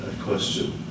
question